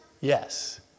yes